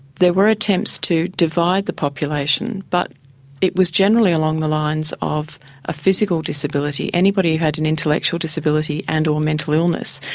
there were attempts to divide the population, but it was generally along the lines of a physical disability. anybody who had an intellectual disability and or mental illness,